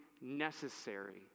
necessary